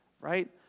right